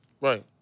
Right